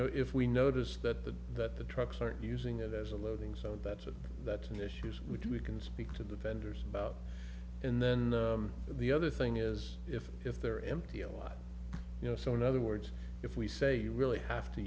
know if we notice that the that the trucks are using it as a loading so that's a that's an issues which we can speak to the vendors about and then the other thing is if if they're empty a lot you know so in other words if we say you really have to